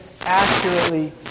accurately